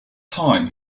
time